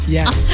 Yes